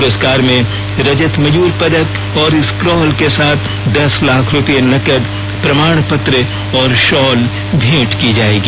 पुरस्कार में रजत मयूर पदक और स्क्रॉल के साथ दस लाख रुपये नकद प्रमाणपत्र और शॉल भेंट की जाएगी